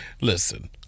Listen